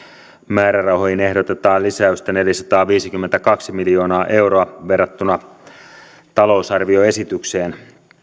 määrärahoihin ehdotetaan lisäystä neljäsataaviisikymmentäkaksi miljoonaa euroa verrattuna talousarvioesitykseen